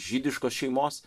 žydiškos šeimos